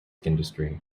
industry